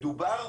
מדובר,